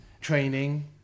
training